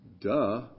duh